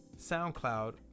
SoundCloud